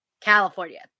California